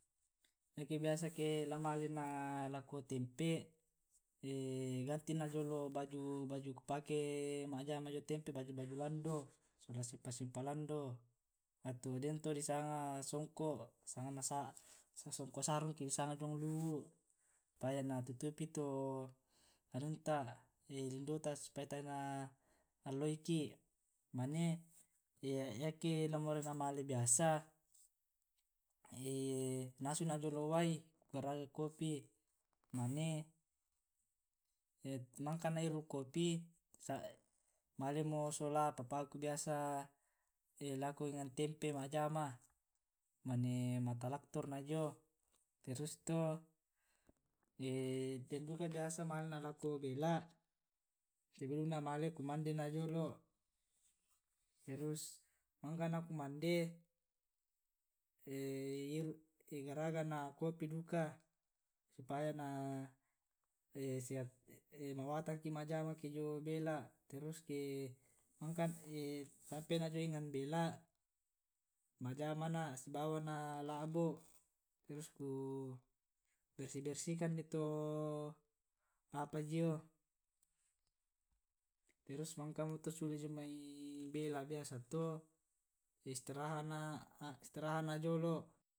eke biasa ke la malena lako tempe' ganti na jolo baju baju ku pake ma'jama jio tempe. baju baju lando sola seppa seppa lando ato deng to di sanga songko. songko sarung di sanga jiong luwu. tae na tutupi to anunta lindota supaya tae' na alloi ki', mane yake morai'na male biasa nasu na jolo wai kuraga kopi mane mangkana iru' kopi male mo' sola papaku biasa lako enang tempe' ma'jama, mane ma'talaktorna jio terus to. den duka biasa male na' lako bela' sebelum na' male kumande na' jolo' terus mangkana' kumande garaga na kopi duka. Supaya na sehat mawatangki' ma'jama ke jio bela', terus ke sampai na jio enang bela' ma'jamana sibawana la'bo', terus ku bersih bersihkan ni too apa jio. terus mangkamo to sule jomai bela' biasa to istirahat na jolo'